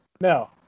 No